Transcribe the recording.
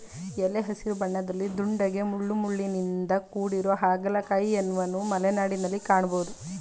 ಎಲೆ ಹಸಿರು ಬಣ್ಣದಲ್ಲಿ ದುಂಡಗೆ ಮುಳ್ಳುಮುಳ್ಳಿನಿಂದ ಕೂಡಿರೊ ಹಾಗಲಕಾಯಿಯನ್ವನು ಮಲೆನಾಡಲ್ಲಿ ಕಾಣ್ಬೋದು